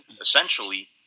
essentially